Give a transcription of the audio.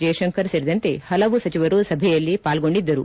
ಜೈಶಂಕರ್ ಸೇರಿದಂತೆ ಹಲವು ಸಚಿವರು ಸಭೆಯಲ್ಲಿ ಪಾಲ್ಗೊಂಡಿದ್ದರು